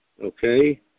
okay